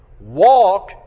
Walk